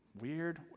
Weird